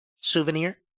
Souvenir